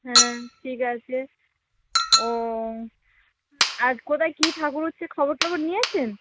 হ্যাঁ ঠিক আছে ও আর কোথায় কী ঠাকুর হচ্ছে খবর টবর নিয়েছেন